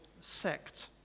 sect